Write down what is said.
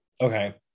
okay